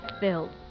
Bill